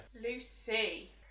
Lucy